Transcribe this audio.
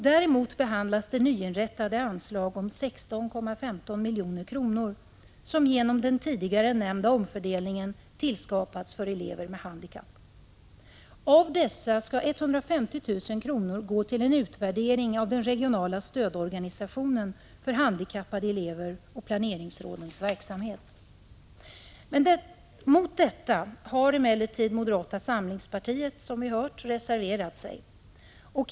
Däremot behandlas ett nyinrättat anslag om 16,15 milj.kr., som genom den tidigare nämnda omfördelningen tillskapats för elever med handikapp. Av dessa skall 150 000 kr. gå till en utvärdering av den regionala stödorganisationen för handikappade elever och planeringsrådens verksamhet. Mot detta har emellertid moderata samlingspartiet reserverat sig, som vi hört.